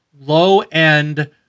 low-end